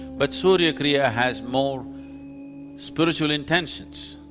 but surya kriya has more spiritual intentions.